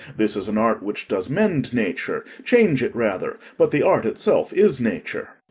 this is an art which does mend nature change it rather but the art itself is nature.